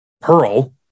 Pearl